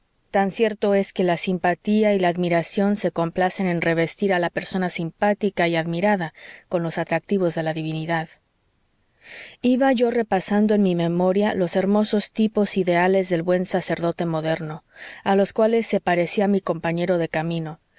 tan cierto es que la simpatía y la admiración se complacen en revestir a la persona simpática y admirada con los atractivos de la divinidad iba yo repasando en mi memoria los hermosos tipos ideales del buen sacerdote moderno a los cuales se parecía mi compañero de camino